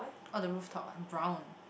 ah the roof top one brown